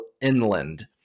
inland